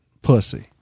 pussy